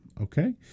Okay